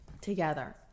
together